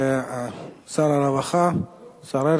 שר הרווחה, השר הרצוג,